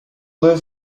live